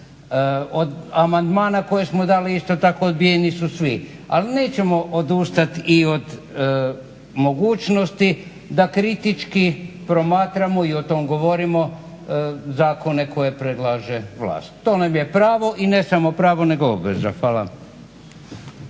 Od amandmana koje smo dali isto tako odbijeni su svi. ali nećemo odustati i od mogućnosti da kritički promatramo i o tome govorimo zakone koje nam predlaže vlast. To nam je pravo i ne samo pravo nego i obveza. Hvala.